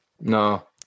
No